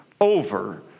over